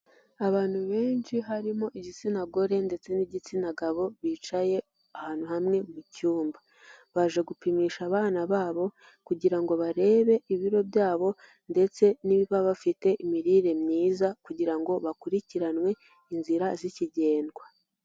Abantu benshi harimo igitsina gore ndetse n'igitsina gabo, bicaye ahantu hamwe mu cyumba. Baje gupimisha abana babo kugira ngo barebe ibiro byabo ndetse niba bafite imirire myiza kugira ngo bakurikiranwe inzira zikigendwa.